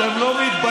אתם לא מתביישים?